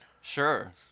Sure